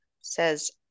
says